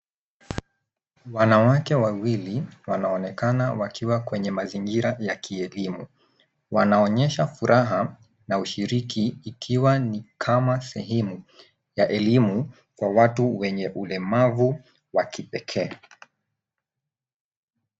Wanawake wawili wanaonekana wakiwa kwenye mazingira ya kielimu. Wanaonyesha furaha na ushiriki ikiwa ni kama sehemu ya elimu kwa watu wenye ulemavu wa kipekee.